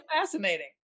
fascinating